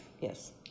Yes